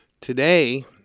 today